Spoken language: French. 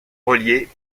reliés